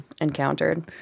encountered